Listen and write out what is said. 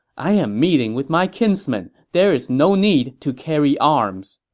i am meeting with my kinsman. there's no need to carry arms.